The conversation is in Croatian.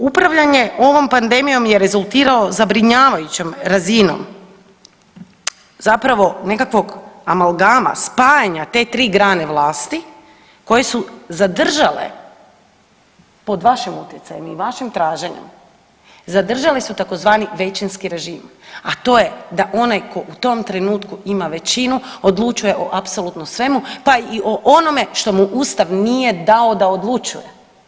Dakle, upravljanje ovom pandemijom je rezultiralo zabrinjavajućom razinom zapravo nekakvog amalgama spajanja te tri grane vlasti koje su zadržale pod vašim utjecajem i vašim traženjem, zadržali su tzv. većinski režim, a to je onaj tko u tom trenutku ima većinu odlučuje o apsolutno svemu, pa i o onome što mu Ustav nije dao da odlučuje.